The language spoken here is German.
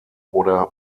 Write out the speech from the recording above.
oder